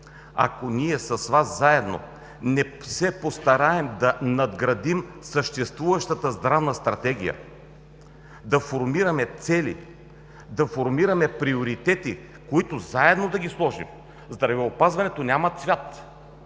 ако ние с Вас заедно не се постараем да надградим съществуващата здравна стратегия, да формираме цели, да формираме приоритети, които заедно да ги сложим, здравеопазването няма цвят